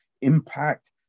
impact